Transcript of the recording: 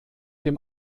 dem